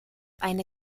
eine